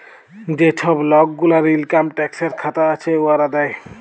যে ছব লক গুলার ইলকাম ট্যাক্সের খাতা আছে, উয়ারা দেয়